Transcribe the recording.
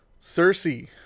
Cersei